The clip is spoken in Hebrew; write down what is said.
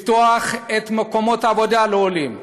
לפתוח את מקומות העבודה לעולים,